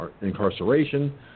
incarceration